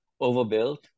overbuilt